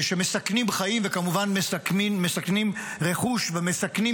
שמסכנים חיים וכמובן מסכנים רכוש ומסכנים